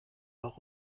noch